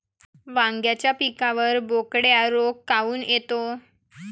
वांग्याच्या पिकावर बोकड्या रोग काऊन येतो?